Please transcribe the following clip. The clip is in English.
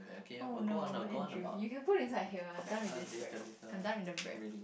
oh no Andrew you can put inside here I'm done with this bread I'm done with the bread